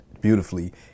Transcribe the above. beautifully